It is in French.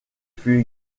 fut